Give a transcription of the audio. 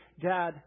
Dad